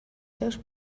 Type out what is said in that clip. seus